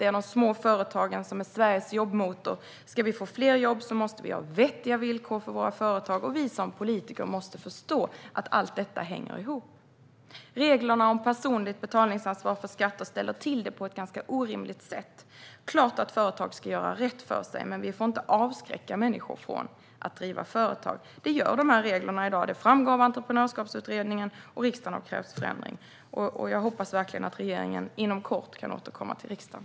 De är de små företagen som är Sveriges jobbmotor. Ska vi få fler jobb måste vi ha vettiga villkor för våra företag, och vi politiker måste förstå att allt detta hänger ihop. Reglerna om personligt betalningsansvar för skatter ställer till det på ett ganska orimligt sätt. Det är klart att företag ska göra rätt för sig, men vi får inte avskräcka människor från att driva företag. Det gör de här reglerna i dag, vilket tydligt framgår av Entreprenörskapsutredningen. Riksdagen har krävt förändring. Jag hoppas verkligen att regeringen inom kort kan återkomma till riksdagen.